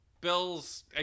Bills